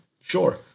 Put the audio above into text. Sure